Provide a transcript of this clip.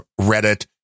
Reddit